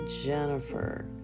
Jennifer